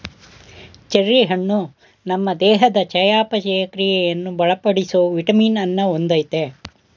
cherry ಹಣ್ಣು ನಮ್ ದೇಹದ್ ಚಯಾಪಚಯ ಕ್ರಿಯೆಯನ್ನು ಬಲಪಡಿಸೋ ವಿಟಮಿನ್ ಅನ್ನ ಹೊಂದಯ್ತೆ